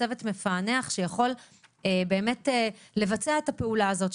צוות מפענח שיכול לבצע את הפעולה הזאת,